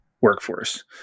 workforce